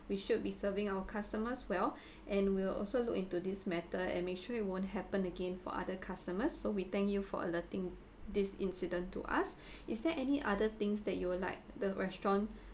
we should be serving our customers well and we'll also look into this matter and make sure it won't happen again for other customers so we thank you for alerting this incident to us is there any other things that you will like the restaurant